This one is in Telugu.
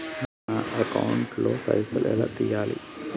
నా అకౌంట్ ల పైసల్ ఎలా తీయాలి?